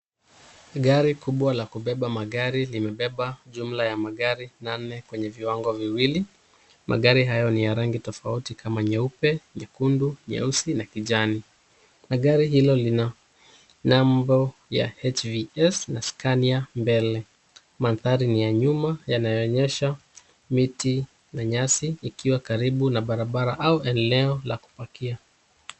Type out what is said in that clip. Gari kubwa la kubeba magari limebeba jumla ya magari nane kwenye viwango viwili. Magari hayo ni ya rangi tofauti kama nyeupe, nyekundu, nyeusi na kijani na gari hilo lina nembo ya HVS na scania mbele. Mandhari ni ya nyuma, yanayoonyesha miti na nyasi ikiwa karibu na barabara au eneo la kupakia.